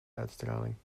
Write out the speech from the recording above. uitstraling